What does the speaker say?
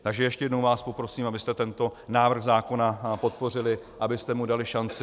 Takže ještě jednou vás poprosím, abyste tento návrh zákona podpořili, abyste mu dali šanci.